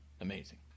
Amazing